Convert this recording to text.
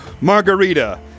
margarita